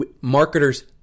marketers